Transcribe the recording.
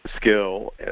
skill